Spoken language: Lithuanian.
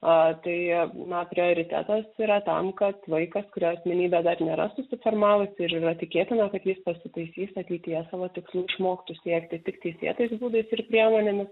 tai na prioritetas yra tam kad vaikas kurio asmenybė dar nėra susiformavusi ir yra tikėtina kad jis pasitaisys ateityje savo tikslų išmoktų siekti tik teisėtais būdais ir priemonėmis